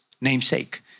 namesake